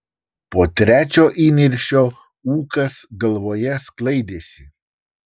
po trečio įniršio ūkas galvoje sklaidėsi